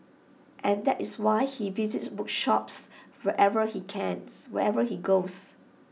and that is why he visits bookshops wherever he cans wherever he goes